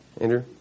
Andrew